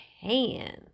hands